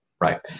Right